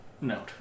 note